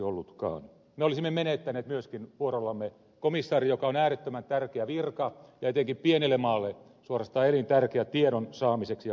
me olisimme menettäneet myöskin vuorollamme komissaarin joka on äärettömän tärkeä virka ja etenkin pienelle maalle suorastaan elintärkeä tiedon saamiseksi ja vaikuttamiseksi